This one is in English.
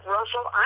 Russell